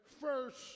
first